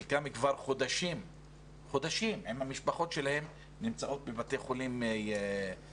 חלקם כבר חודשים עם המשפחות שלהם נמצאים בבתי חולים בישראל,